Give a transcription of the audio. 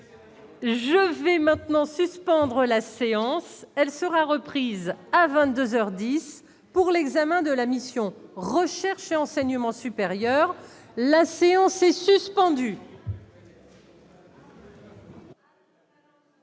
Je vais maintenant suspendre la séance, elle sera reprise à 22 heures 10. Pour l'examen de la mission recherche et enseignement supérieur, la séance est suspendue.